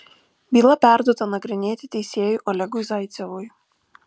byla perduota nagrinėti teisėjui olegui zaicevui